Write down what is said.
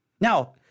Now